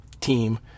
team